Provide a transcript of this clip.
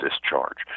discharge